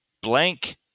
Blank